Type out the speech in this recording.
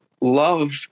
love